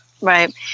Right